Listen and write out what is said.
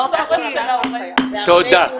תודה.